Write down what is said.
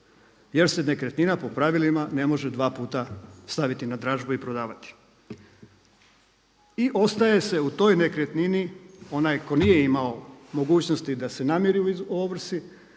jer se nekretnina po pravilima ne može dva puta staviti na dražbu i prodavati. I ostaje se u toj nekretnini, onaj tko nije imao mogućnosti da se namiri u ovrsi